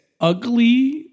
ugly